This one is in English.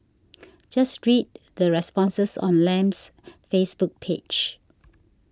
just read the responses on Lam's Facebook page